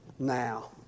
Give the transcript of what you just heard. Now